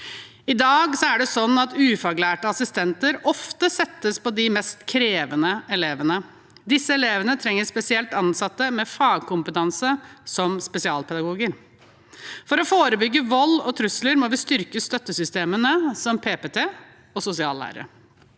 I dag er det slik at ufaglærte assistenter ofte settes på de mest krevende elevene. Disse elevene trenger spesielt ansatte med fagkompetanse, som spesialpedagoger. For å forebygge vold og trusler må vi styrke støttesystemene, som PPT og sosiallærere.